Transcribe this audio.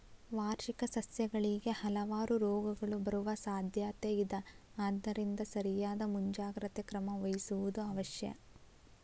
ವಾರ್ಷಿಕ ಸಸ್ಯಗಳಿಗೆ ಹಲವಾರು ರೋಗಗಳು ಬರುವ ಸಾದ್ಯಾತೆ ಇದ ಆದ್ದರಿಂದ ಸರಿಯಾದ ಮುಂಜಾಗ್ರತೆ ಕ್ರಮ ವಹಿಸುವುದು ಅವಶ್ಯ